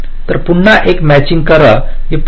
तर पुन्हा एक मॅचिंग करा हे पुन्हा सांगा